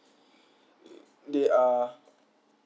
they are